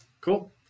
cool